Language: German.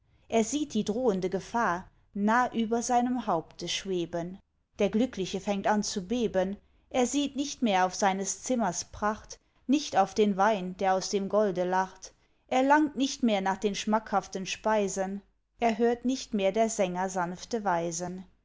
er sieht die drohende gefahr nah über seinem haupte schweben der glückliche fängt an zu beben er sieht nicht mehr auf seines zimmers pracht nicht auf den wein der aus dem golde lacht er langt nicht mehr nach den schmackhaften speisen er hört nicht mehr der sänger sanfte weisen